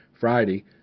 Friday